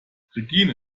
regine